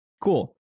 Cool